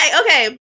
okay